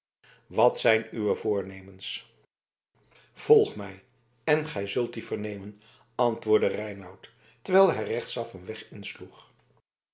wat zijn uwe voornemens volg mij en gij zult die vernemen antwoordde reinout terwijl hij rechtsaf een weg insloeg